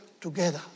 together